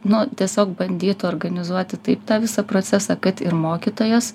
nu tiesiog bandytų organizuoti taip tą visą procesą kad ir mokytojas